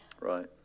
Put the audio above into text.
Right